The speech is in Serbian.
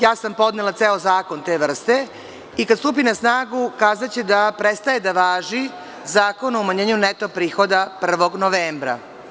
Ja sam podnela ceo zakon te vrste i kada stupi na snagu kazaće da prestaje da važi Zakon o umanjenju neto prihoda 1. novembra.